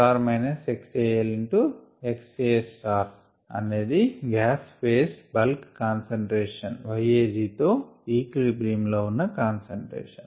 xA అనేది gas phase bulk concentration yAGతో equilibrium లో ఉన్న కాన్సంట్రేషన్